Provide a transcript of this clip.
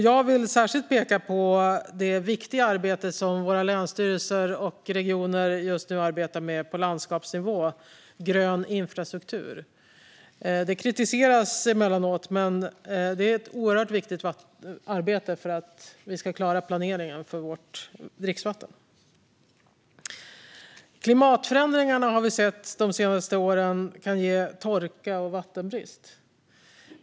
Jag vill särskilt peka på det viktiga arbete som våra länsstyrelser och regioner just nu bedriver på landskapsnivå när det gäller grön infrastruktur. Det kritiseras emellanåt, men det är ett oerhört viktigt arbete för att vi ska klara planeringen i fråga om vårt dricksvatten. Klimatförändringarna kan, har vi sett de senaste åren, leda till torka och vattenbrist.